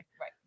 right